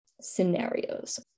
scenarios